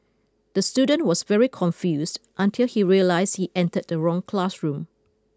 the student was very confuse until he realise he entered the wrong classroom